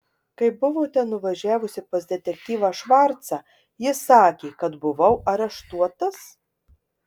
kai buvote nuvažiavusi pas detektyvą švarcą jis sakė kad buvau areštuotas